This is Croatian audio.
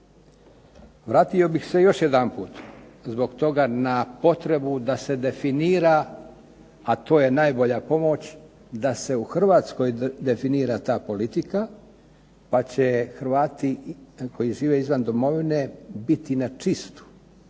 Vratio bih se još jedanput zbog toga na potrebu da se definira a to je najbolja pomoć, da se u Hrvatskoj definira ta politika, pa će Hrvati koji žive izvan Domovine biti na čistu,